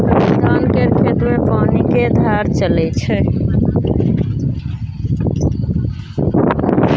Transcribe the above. धान केर खेत मे पानि केर धार चलइ छै